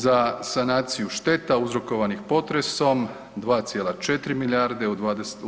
Za sanaciju šteta uzrokovanih potresom 2,4 milijarde u